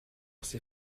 ses